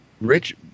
Rich